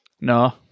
no